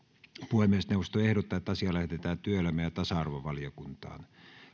puhemiesneuvosto ehdottaa että asia lähetetään työelämä ja tasa arvovaliokuntaan